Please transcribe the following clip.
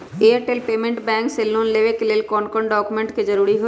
Airtel payments bank से loan लेवे के ले कौन कौन डॉक्यूमेंट जरुरी होइ?